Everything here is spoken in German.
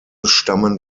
stammen